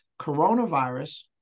Coronavirus